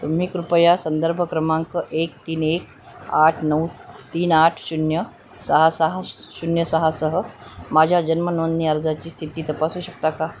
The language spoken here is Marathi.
तुम्ही कृपया संदर्भ क्रमांक एक तीन एक आठ नऊ तीन आठ शून्य सहा सहा शून्य सहा सह माझ्या जन्मनोंदणी अर्जाची स्थिती तपासू शकता का